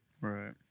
Right